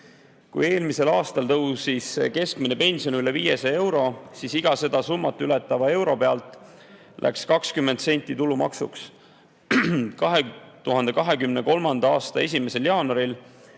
Kui eelmisel aastal tõusis keskmine pension üle 500 euro, siis iga seda summat ületava euro pealt läks 20 senti tulumaksuks. 2023. aasta 1. jaanuaril